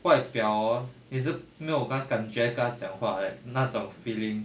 外表 hor 也是没有感感觉跟她讲话 like 那种 feeling